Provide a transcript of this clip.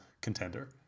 contender